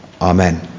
Amen